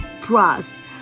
trust